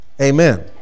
Amen